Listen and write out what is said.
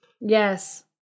Yes